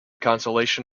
consolation